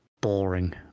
boring